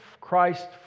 Christ